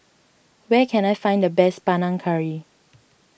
where can I find the best Panang Curry